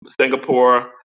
Singapore